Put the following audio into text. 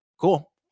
cool